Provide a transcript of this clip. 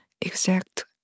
exact